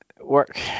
work